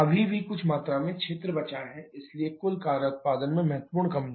अभी भी कुछ मात्रा में क्षेत्र बचा है इसलिए कुल कार्य उत्पादन में महत्वपूर्ण कमी है